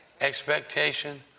expectation